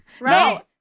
Right